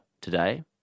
today